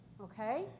Okay